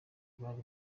bari